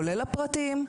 כולל הפרטיים,